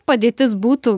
padėtis būtų